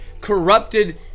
corrupted